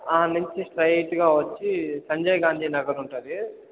అక్కడ నుంచి స్ట్రెయిట్గా వచ్చి సంజయ్ గాంధీ నగర్ ఉంటుంది